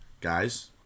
guys